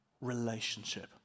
relationship